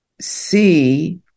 see